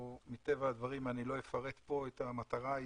מטבע הדברים אני לא אפרט פה את המטרה העסקית,